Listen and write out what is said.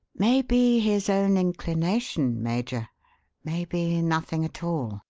maybe his own inclination, major maybe nothing at all,